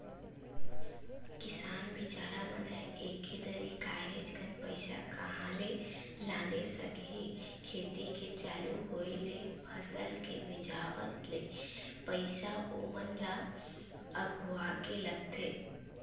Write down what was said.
किसान बिचारा मन ह एके दरी काहेच कन पइसा कहाँ ले लाने सकही खेती के चालू होय ले फसल के मिंजावत ले पइसा ओमन ल अघुवाके लगथे